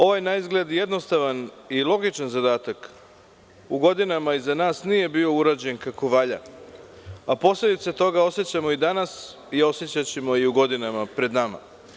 Ovaj naizgled jednostavan i logičan zadatak u godinama iza nas nije bio urađen kako valja, a posledice toga osećamo danas i osećaćemo u godinama pred nama.